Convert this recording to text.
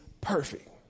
perfect